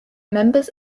members